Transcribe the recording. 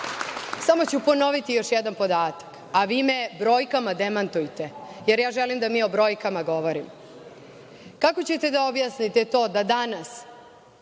ću ponoviti još jedan podatak, a vi me brojkama demantujte, jer ja želim da mi o brojkama govorimo. Kako ćete da objasnite to da danas